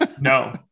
No